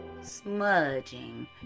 Smudging